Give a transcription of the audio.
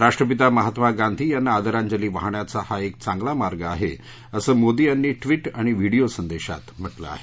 राष्ट्रपिता महात्मा गांधी यांना आदरांजली वाहण्याचा हा एक चांगला मार्ग आहे असं मोदी यांनी ट्वीट आणि व्हिडीओ संदेशात म्हटलं आहे